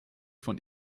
von